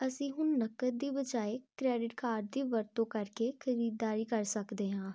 ਅਸੀਂ ਹੁਣ ਨਕਦ ਦੀ ਬਜਾਏ ਕ੍ਰੈਡਿਟ ਕਾਰਡ ਦੀ ਵਰਤੋਂ ਕਰਕੇ ਖਰੀਦਦਾਰੀ ਕਰ ਸਕਦੇ ਹਾਂ